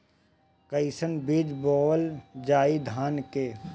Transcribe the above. कईसन बीज बोअल जाई धान के?